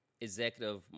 executive